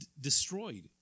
destroyed